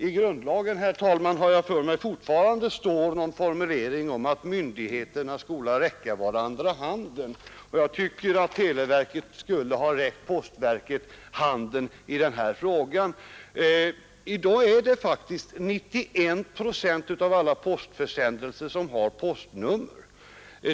I grundlagen, herr talman, finns det fortfarande någon formulering om att myndigheterna skall räcka varandra handen, och jag tycker att televerket skulle ha räckt postverket handen i den här frågan. I dag är det faktiskt 91 procent av alla postförsändelser som har postnummer.